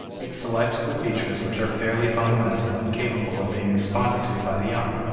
it selects the features which are fairly fundamental and capable of being responded to by the young.